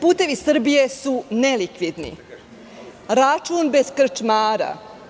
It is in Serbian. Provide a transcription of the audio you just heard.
Putevi Srbije" su nelikvidni, račun bez krčmara.